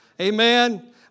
Amen